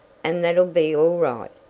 and that'll be all right.